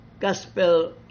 gospel